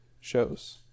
shows